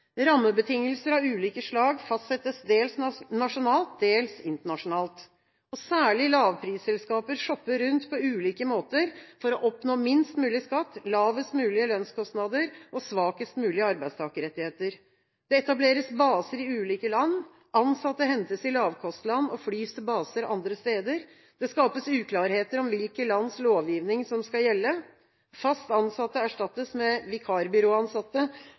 Rammebetingelser av ulike slag fastsettes dels nasjonalt, dels internasjonalt. Særlig lavprisselskaper shopper rundt på ulike måter for å oppnå minst mulig skatt, lavest mulige lønnskostnader og svakest mulige arbeidstakerrettigheter. Det etableres baser i ulike land. Ansatte hentes i lavkostland og flys til baser andre steder. Det skapes uklarheter om hvilke lands lovgivning som skal gjelde. Fast ansatte erstattes med vikarbyråansatte